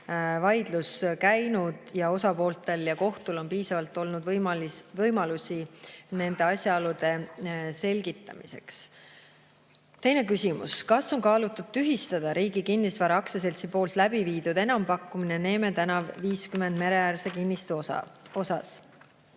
vaidlus käinud ning osapooltel ja kohtul on olnud piisavalt võimalusi nende asjaolude selgitamiseks. Teine küsimus: "Kas on kaalutud tühistada Riigi Kinnisvara AS poolt läbiviidud enampakkumine Neeme tn 50 mereäärse kinnistu osas?"